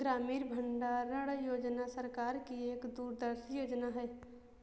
ग्रामीण भंडारण योजना सरकार की एक दूरदर्शी योजना है